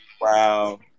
Wow